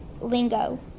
lingo